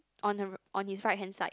on her on his right hand side